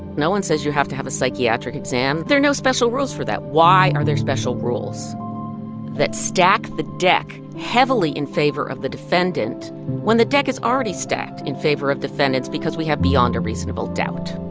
no one says you have to have a psychiatric exam. there are no special rules for that. why are there special rules that stack the deck heavily in favor of the defendant when the deck is already stacked in favor of defendants because we have beyond a reasonable doubt?